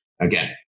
again